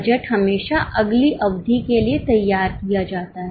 budget हमेशा अगली अवधि के लिए तैयार किया जाता है